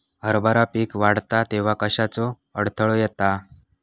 हरभरा पीक वाढता तेव्हा कश्याचो अडथलो येता?